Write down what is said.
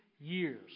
years